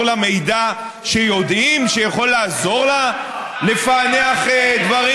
לה מידע שיודעים שיכול לעזור לה לפענח דברים?